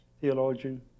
theologian